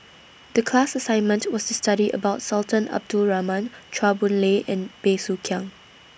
The class assignment was to study about Sultan Abdul Rahman Chua Boon Lay and Bey Soo Khiang